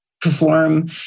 perform